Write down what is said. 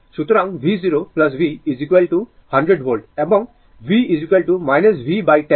সুতরাং v0 v 100 volt এবং v v10 অর্থাৎ 10 অ্যাম্পিয়ার